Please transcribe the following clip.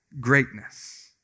greatness